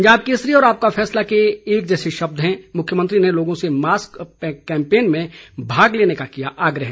पंजाब केसरी और आपका फैसला के एक जैसे शब्द हैं मुख्यमंत्री ने लोगों से मास्क अप कैंपेन में भाग लेने का किया आग्रह